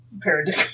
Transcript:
Paradigm